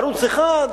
ערוץ-1,